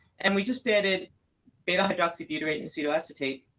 and we just added beta-hydroxybutyric and acetoacetate,